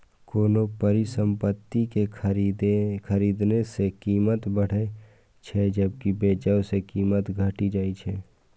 कोनो परिसंपत्ति कें खरीदने सं कीमत बढ़ै छै, जबकि बेचै सं कीमत घटि जाइ छै